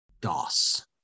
Doss